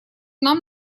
нам